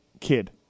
kid